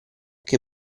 che